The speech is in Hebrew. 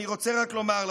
אני רוצה רק לומר,